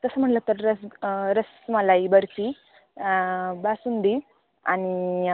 तसं म्हटलं तर रस रसमलाई बर्फी बासुंदी आणि